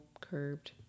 curved